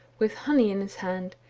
with honey in his hand,